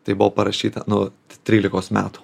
tai buvo parašyta nu trylikos metų